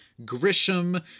Grisham